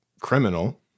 criminal